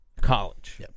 college